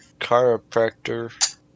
chiropractor